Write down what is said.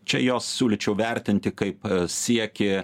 čia jos siūlyčiau vertinti kaip siekį